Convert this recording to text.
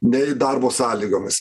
nei darbo sąlygomis